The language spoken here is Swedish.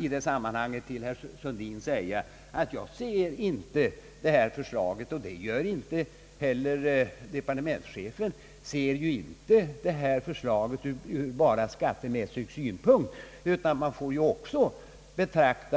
I det sammanhanget vill jag säga till herr Sundin, att jag inte ser det här förslaget — och det gör inte departementschefen heller — bara ur skattemässiga utan även